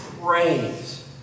Praise